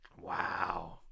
Wow